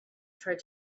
tried